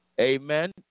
amen